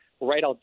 right